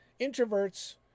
Introverts